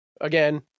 again